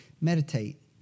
Meditate